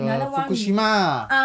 the fukushima